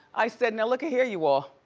i said, now look at here, you all.